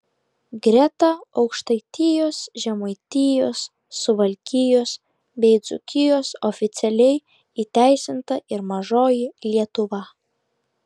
greta aukštaitijos žemaitijos suvalkijos bei dzūkijos oficialiai įteisinta ir mažoji lietuva